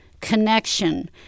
connection